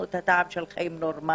המתמחים טעמו את הטעם של משמרות נורמליות.